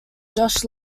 josh